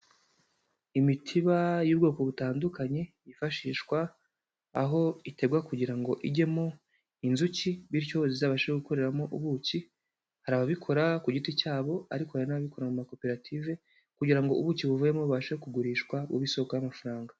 Imitiba y'ubwoko butandukanye, yifashishwa aho itegwa kugira ngo ijyemo inzuki bityo zizabashe gukoreramo ubuki, hari ababikora ku giti cyabo ariko hari n'ababikorera mu makoperative kugira ngo ubuki buvuyemo bubashe kugurishwa bube isoko y'amafaranga.